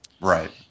Right